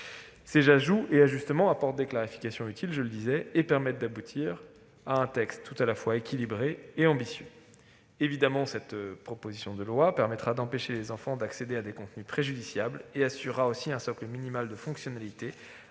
Ces ajouts et ajustements apportent des clarifications utiles et permettent d'aboutir à un texte à la fois équilibré et ambitieux. Cette proposition de loi permettra d'empêcher les enfants d'accéder à des contenus préjudiciables et assurera un socle minimal de fonctionnalités